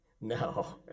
No